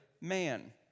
man